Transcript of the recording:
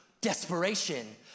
desperation